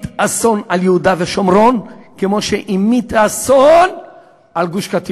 לא נשכח את אמיל זולא, שיצא להגנתו של